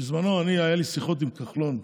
בזמנו היו לי שיחות עם כחלון,